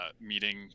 meeting